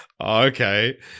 okay